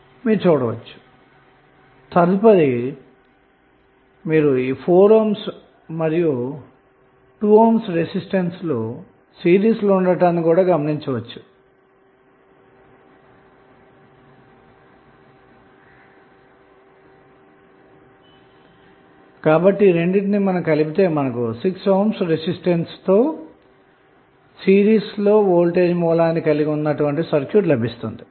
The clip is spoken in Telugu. ఇప్పుడు సర్క్యూట్ ను గమనిస్తే సిరీస్లో గల 4 ohm మరియు 2 ohm రెసిస్టెన్స్లు రెంటిని కలిపితే మనకు 6 ohm రెసిస్టెన్స్తో పాటు సిరీస్లో వోల్టేజ్ సోర్స్ ఉన్న సర్క్యూట్ లభిస్తుంది